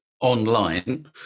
online